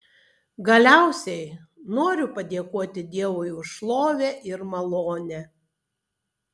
galiausiai noriu padėkoti dievui už šlovę ir malonę